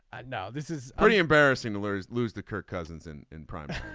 now this is pretty embarrassing to lose lose the kirk cousins in in private.